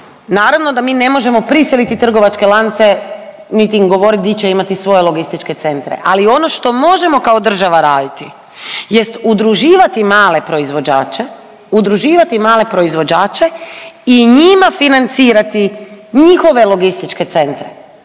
naravno da mi ne možemo prisiliti trgovačke lance niti im govoriti gdje će imati svoje logističke centre, ali ono što možemo kao država raditi jest udruživati male proizvođače, udruživati male proizvođače i njima financirati njihove logističke centre.